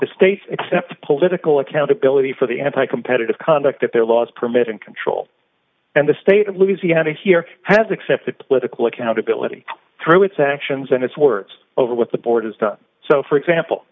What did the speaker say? the states accept political accountability for the anti competitive conduct that their laws permit and control and the state of louisiana here has accepted political accountability through its actions and its words over what the board has done so for example